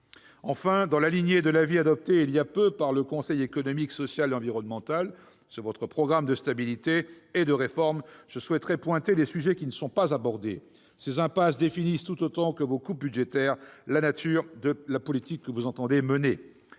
Enfin, dans la lignée de l'avis adopté voilà peu par le Conseil économique, social et environnemental sur votre programme de stabilité et de réforme, je souhaiterais pointer les sujets qui ne sont pas abordés. Ces impasses définissent, tout autant que vos coupes budgétaires, la nature de la politique que vous entendez mener.